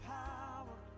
power